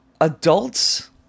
adults